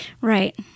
Right